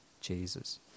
Jesus